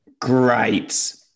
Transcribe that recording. Great